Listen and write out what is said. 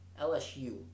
LSU